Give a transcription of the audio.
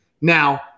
Now